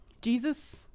Jesus